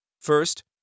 First